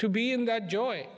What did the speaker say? to be in that joy